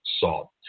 salt